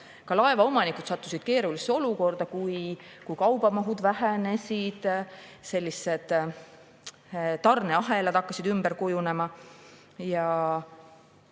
ka laevaomanikud sattusid keerulisse olukorda, kui kaubamahud vähenesid ja tarneahelad hakkasid ümber kujunema.